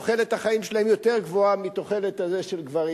תוחלת החיים שלהן יותר גבוהה מהתוחלת של גברים,